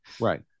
Right